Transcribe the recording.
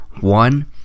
One